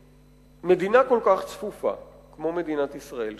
במדינה כל כך צפופה כמו מדינת ישראל,